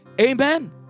Amen